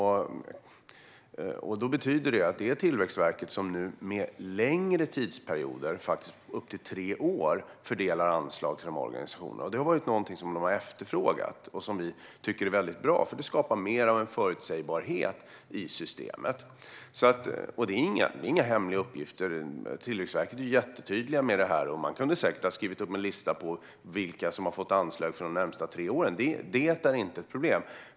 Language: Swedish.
Det betyder att det är Tillväxtverket som nu med längre tidsperioder, faktiskt upp till tre år, fördelar anslag till de här organisationerna. Det har varit någonting som de har efterfrågat och som vi tycker är väldigt bra, för det skapar mer förutsägbarhet i systemet. Det är inga hemliga uppgifter. Tillväxtverket är jättetydligt med det här. Man kunde säkert ha skrivit en lista på vilka som har fått anslag för de närmaste tre åren. Det är inte något problem.